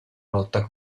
lotta